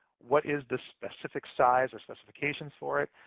what is the specific size or specifications for it?